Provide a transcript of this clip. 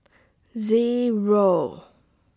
Zero